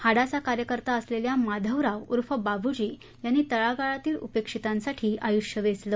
हाडाचा कार्यकर्ता असलेल्या माधवराव उर्फ बाबूजी यांनी तळागाळातीलउपेक्षितांसाठी आयुष्य वेचलं